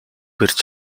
барьж